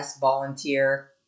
volunteer